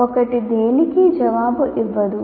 ఒకటి దేనికీ జవాబు ఇవ్వదు